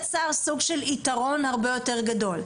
יצר סוג של יתרון הרבה יותר גדול.